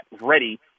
ready